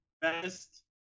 best